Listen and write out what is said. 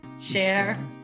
share